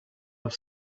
have